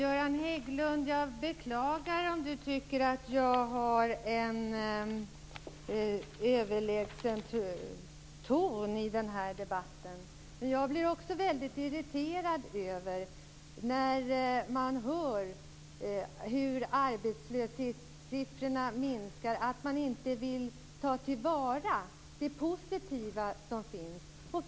Fru talman! Jag beklagar om Göran Hägglund tycker att jag har en överlägsen ton i debatten. Jag blir också väldigt irriterad över att man inte vill ta till vara det positiva när man hör hur arbetslöshetssiffrorna minskar.